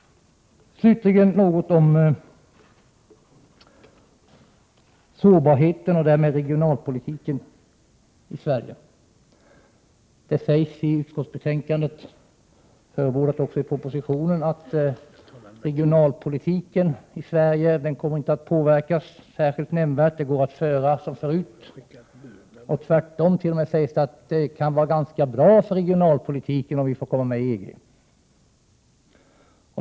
Slutligen något om sårbarheten och därmed regionalpolitiken i Sverige. Det sägs i utskottsbetänkandet, förebådat också i propositionen, att regionalpolitiken i Sverige inte kommer att påverkas nämnvärt och att den kan föras som förut. Det sägst.o.m. att det kan vara ganska bra för regionalpolitiken om vi får komma med i EG.